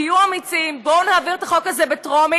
תהיו אמיצים, בואו נעביר את החוק הזה בטרומית.